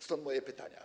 Stąd moje pytania.